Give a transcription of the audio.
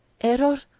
error